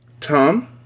Tom